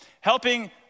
Helping